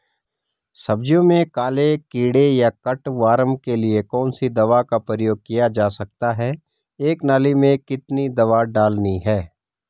सब्जियों में काले कीड़े या कट वार्म के लिए कौन सी दवा का प्रयोग किया जा सकता है एक नाली में कितनी दवा डालनी है?